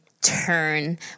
turn